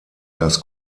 das